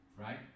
Right